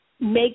make